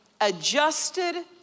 Adjusted